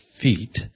feet